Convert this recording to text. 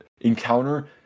encounter